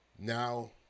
Now